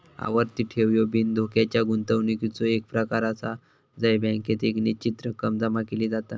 आवर्ती ठेव ह्यो बिनधोक्याच्या गुंतवणुकीचो एक प्रकार आसा जय बँकेत एक निश्चित रक्कम जमा केली जाता